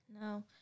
No